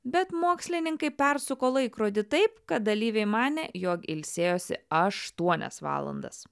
bet mokslininkai persuko laikrodį taip kad dalyviai manė jog ilsėjosi aštuonias valandas